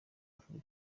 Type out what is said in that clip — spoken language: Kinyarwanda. africa